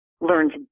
learns